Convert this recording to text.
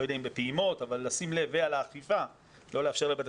לא יודע אם בפעימות אבל לשים לב לאכיפה ולא לאפשר לבית